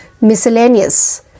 Miscellaneous